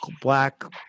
black